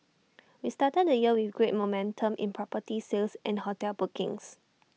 we started the year with great momentum in property sales and hotel bookings